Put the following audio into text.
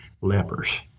lepers